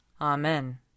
Amen